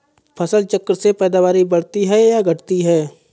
फसल चक्र से पैदावारी बढ़ती है या घटती है?